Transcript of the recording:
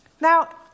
Now